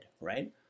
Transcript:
right